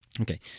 Okay